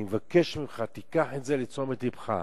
אני מבקש ממך, קח את זה לתשומת לבך.